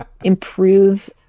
improve